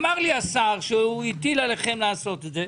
אמר לי השר שהטיל עליכם לעשות זאת.